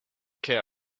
care